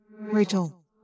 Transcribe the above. Rachel